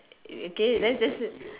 okay let's just